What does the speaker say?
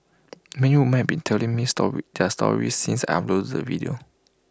many women have been telling me story their stories since I uploaded the video